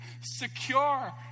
secure